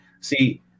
See